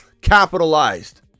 capitalized